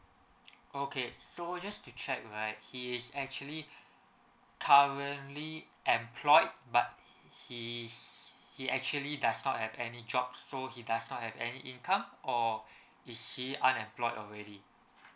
okay so just to check right he is actually currently employed but he's he actually does not have any job so he does not have any income or is he unemployed already